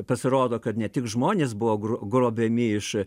pasirodo kad ne tik žmonės buvo gro grobiami iš